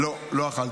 לא, לא אכלתי.